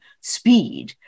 speed